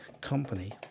company